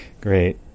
Great